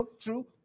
True